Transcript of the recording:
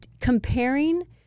comparing